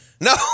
No